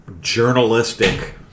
journalistic